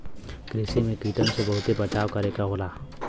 कृषि में कीटन से बहुते बचाव करे क होला